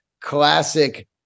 classic